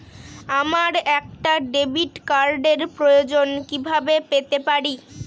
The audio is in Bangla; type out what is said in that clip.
আমার একটা ডেবিট কার্ডের প্রয়োজন কিভাবে পেতে পারি?